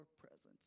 presence